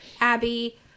Abby